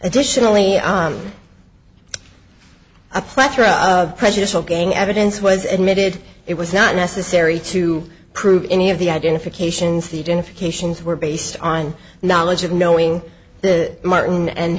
additionally a plethora of prejudicial gang evidence was admitted it was not necessary to prove any of the identifications the dinner cations were based on knowledge of knowing the martin and